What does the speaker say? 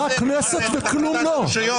רק כנסת וכלום לא.